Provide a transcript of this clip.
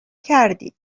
کردی